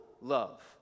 love